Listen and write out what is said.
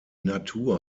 natur